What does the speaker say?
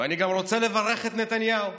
אני רוצה לברך גם את נתניהו.